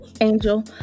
angel